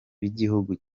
bigihugu